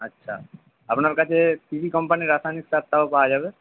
আচ্ছা আপনার কাছে কী কী কোম্পানির রাসায়নিক সার তাও পাওয়া যাবে